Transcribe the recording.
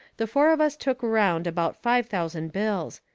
the four of us took around about five thousand bills.